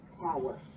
power